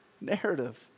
narrative